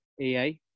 AI